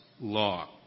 law